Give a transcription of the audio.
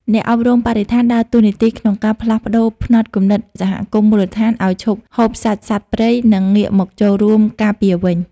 អ្នកអប់រំបរិស្ថានដើរតួនាទីក្នុងការផ្លាស់ប្តូរផ្នត់គំនិតសហគមន៍មូលដ្ឋានឱ្យឈប់ហូបសាច់សត្វព្រៃ និងងាកមកចូលរួមការពារវិញ។